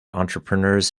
entrepreneurs